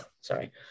sorry